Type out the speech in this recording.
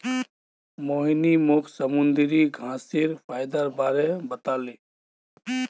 मोहिनी मोक समुंदरी घांसेर फयदार बारे बताले